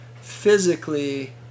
physically